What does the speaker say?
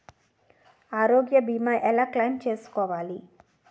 ఆరోగ్య భీమా ఎలా క్లైమ్ చేసుకోవాలి?